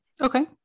Okay